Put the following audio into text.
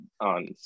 on